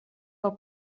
del